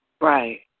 Right